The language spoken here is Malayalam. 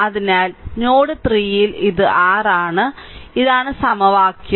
അതിനാൽ നോഡ് 3 ൽ ഇത് r ആണ് ഇതാണ് സമവാക്യം